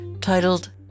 titled